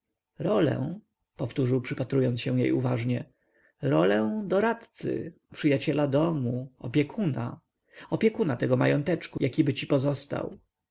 rolę powtórzył przypatrując się jej uważnie rolę doradcy przyjaciela domu opiekuna opiekuna tego mająteczku jakiby ci pozostał